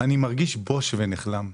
אני מרגיש בוש ונכלם.